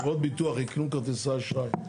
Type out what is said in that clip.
חברות ביטוח יקנו כרטיסי אשראי,